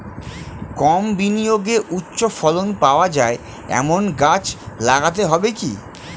কম বিনিয়োগে উচ্চ ফলন পাওয়া যায় এমন গাছ লাগাতে হবে কি?